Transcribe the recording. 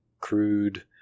crude